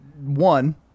One